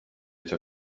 ciò